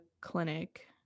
clinic